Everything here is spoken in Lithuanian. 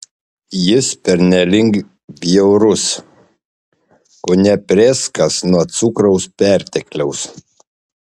jis pernelyg bjaurus kone prėskas nuo cukraus pertekliaus